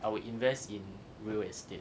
I will invest in real estate